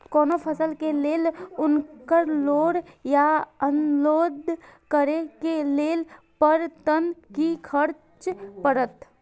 कोनो फसल के लेल उनकर लोड या अनलोड करे के लेल पर टन कि खर्च परत?